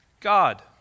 God